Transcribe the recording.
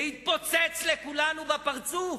זה יתפוצץ לכולנו בפרצוף.